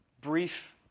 Brief